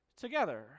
together